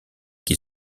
qui